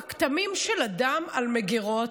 הכתמים של הדם על המגירות,